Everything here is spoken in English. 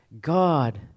God